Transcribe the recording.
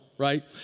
right